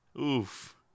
Oof